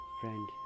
friend